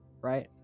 right